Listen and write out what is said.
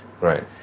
Right